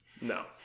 No